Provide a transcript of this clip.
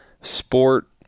sport